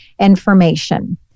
information